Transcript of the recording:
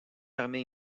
permet